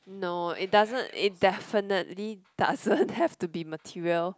no it doesn't it definitely doesn't have to be material